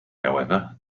however